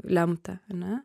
lemta ane